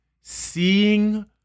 seeing –